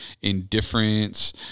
indifference